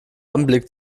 anblick